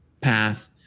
path